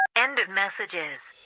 end of messages